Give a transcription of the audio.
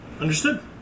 Understood